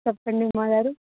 చెప్పండి ఉమా గారు